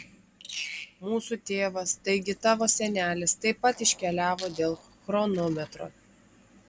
mūsų tėvas taigi tavo senelis taip pat iškeliavo dėl chronometro